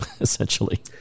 essentially